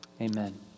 Amen